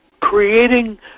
creating